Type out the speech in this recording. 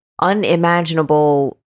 unimaginable